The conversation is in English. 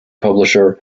publisher